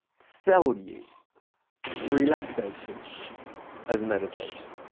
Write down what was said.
sell you relaxation as a meditation.